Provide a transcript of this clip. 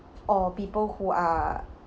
or people who are